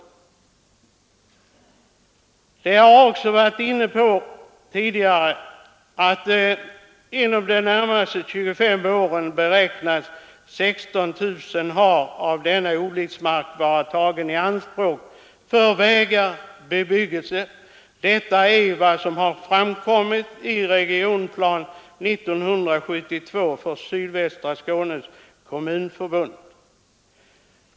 I debatten här har man också varit inne på att inom de närmaste 25 åren beräknas 16 000 hektar av denna odlingsmark vara tagen i anspråk för vägar och bebyggelse. Detta har framkommit i Regionplan 1972 för sydvästra Skånes kommunförbund.